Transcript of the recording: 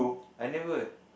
I never